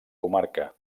comarca